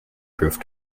proof